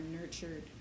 nurtured